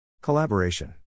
Collaboration